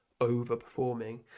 overperforming